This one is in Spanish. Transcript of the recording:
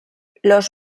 los